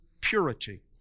purity